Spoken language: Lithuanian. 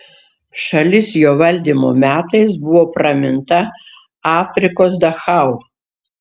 šalis jo valdymo metais buvo praminta afrikos dachau